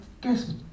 guess